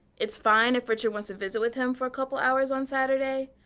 it's fine if richard wants to visit with him for a couple hours on saturday,